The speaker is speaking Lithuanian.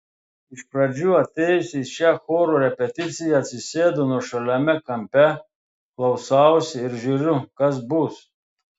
iš pradžių atėjusi į šią choro repeticiją atsisėdu nuošaliame kampe klausausi ir žiūriu kas bus